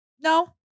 No